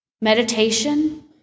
Meditation